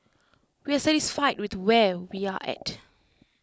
we are satisfied with where we are at